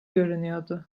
görünüyordu